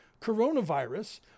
coronavirus